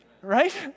Right